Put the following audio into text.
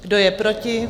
Kdo je proti?